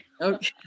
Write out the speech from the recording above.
Okay